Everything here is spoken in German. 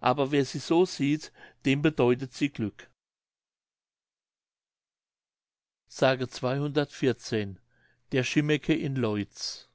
aber wer sie so sieht dem bedeutet sie glück mündlich der chimmeke in loitz